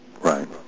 Right